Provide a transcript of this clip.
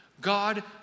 God